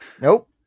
Nope